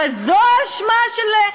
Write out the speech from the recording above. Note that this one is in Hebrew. אבל זו האשמה של,